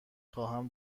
خواهم